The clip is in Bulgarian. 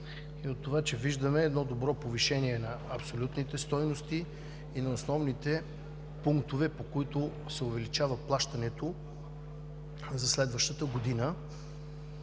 и от това, че виждаме едно добро повишение на абсолютните стойности и на основните пунктове, по които се увеличава плащането за следващата година.